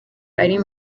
ari